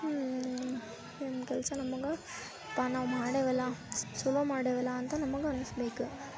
ಏನು ಕೆಲಸ ನಮಗೆ ಅಪ್ಪ ನಾವು ಮಾಡೇವಲ ಚೊಲೋ ಮಾಡೇವಲ ಅಂತ ನಮಗೆ ಅನಿಸ್ಬೇಕು